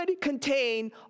contain